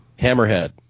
Hammerhead